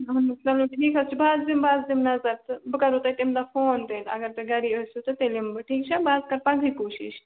اَہَن حظ چلو ٹھیٖک حظ چھُ بہٕ حظ یِمہٕ بہٕ حظ دِمہٕ نظر تہٕ بہٕ کَرہو تۄہہِ تَمہِ دۄہ فون تیٚلہِ اگر تُہۍ گری ٲسِو تہٕ تیٚلہٕ یِمہٕ بہٕ ٹھیٖک چھا بہٕ حظ کَرٕ پگہٕے کوٗشِش